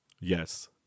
Yes